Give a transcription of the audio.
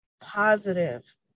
positive